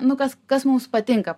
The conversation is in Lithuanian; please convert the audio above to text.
nu kas kas mums patinka